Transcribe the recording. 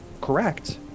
correct